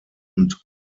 und